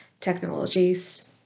technologies